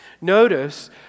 Notice